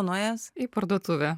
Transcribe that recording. o nuėjęs į parduotuvę